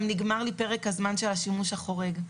גם נגמר לי פרק הזמן של השימוש החורג.